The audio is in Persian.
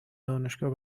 دانشگاه